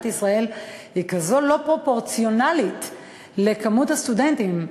ישראל הוא באמת לא פרופורציונלי למספר הסטודנטים.